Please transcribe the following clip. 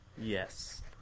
Yes